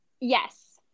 Yes